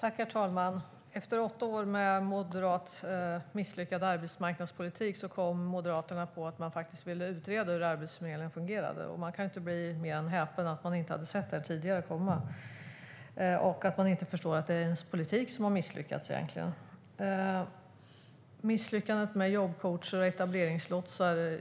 Herr talman! Efter åtta år med en misslyckad moderat arbetsmarknadspolitik kom Moderaterna på att de faktiskt ville utreda hur Arbetsförmedlingen fungerade. Man kan inte bli mer än häpen över att de inte hade sett det tidigare och att de inte förstår att det är deras politik som har misslyckats. Det var ett misslyckande med jobbcoacher och etableringslotsar.